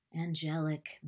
angelic